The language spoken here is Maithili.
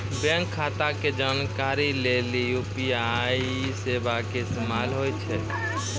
बैंक खाता के जानकारी लेली यू.पी.आई सेबा के इस्तेमाल होय छै